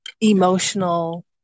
emotional